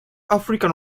african